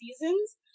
seasons